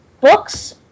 Books